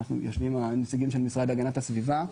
ישלימו הנציגים של הגנת הסביבה,